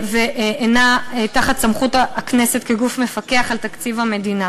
ואינו תחת סמכות הכנסת כגוף מפקח על תקציב המדינה.